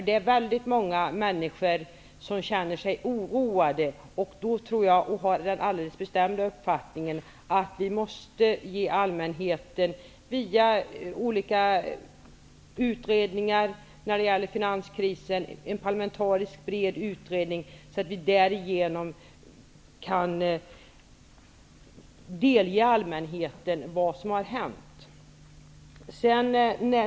Det är väldigt många människor som känner sig oroade. Jag har den alldeles bestämda uppfattningen att vi via olika parlamentariskt breda utredningar måste delge allmänheten vad som har hänt, när det gäller finanskrisen.